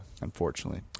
unfortunately